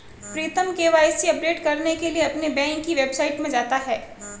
प्रीतम KYC update करने के लिए अपने बैंक की वेबसाइट में जाता है